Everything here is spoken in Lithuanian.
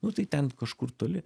nu tai ten kažkur toli